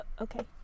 Okay